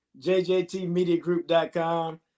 JJTmediagroup.com